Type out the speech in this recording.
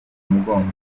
mugongo